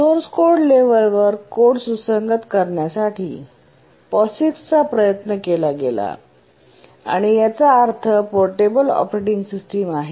source code लेव्हलवर code सुसंगत करण्यासाठी POSIX चा प्रयत्न केला गेला आणि त्याचा अर्थ पोर्टेबल ऑपरेटिंग सिस्टम आहे